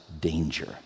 danger